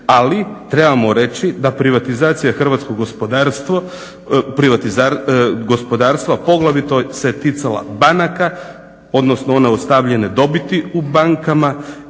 ali trebamo reći da privatizacija hrvatskog gospodarstva poglavito se ticala banaka, odnosno ona ostavljene dobiti u bankama